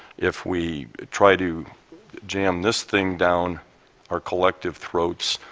if we try to jam this thing down our collective throats,